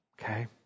Okay